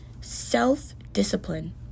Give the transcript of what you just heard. self-discipline